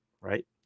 right